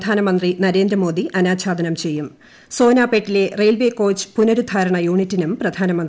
പ്രധാനമന്ത്രി നരേന്ദ്രമോദി അനാച്ഛാദനം ചെയ്യും സോനാപെട്ടിലെ റെയിൽവേകോച്ച് പുനരുദ്ധാരണ യൂണിറ്റിനും പ്രധാനമന്ത്രി തറക്കല്പിടും